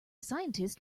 scientist